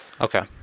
Okay